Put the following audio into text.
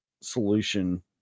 solution